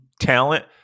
talent